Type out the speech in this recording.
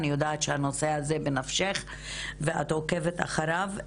אני יודעת שהנושא הזה בנפשך ואת עוקבת אחריו.